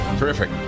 Terrific